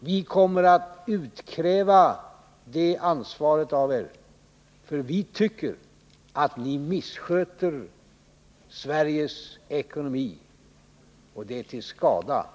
Vi kommer att utkräva det ansvaret av er, för vi tycker att ni missköter Sveriges ekonomi. Och det är till skada för landet.